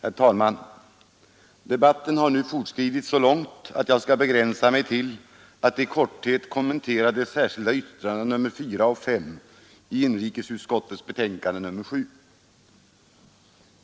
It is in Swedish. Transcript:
Herr talman! Debatten har nu fortskridit så långt att jag skall begränsa mig till att i korthet kommentera de särskilda yttrandena nr 4 och 5 vid inrikesutskottets betänkande nr 7.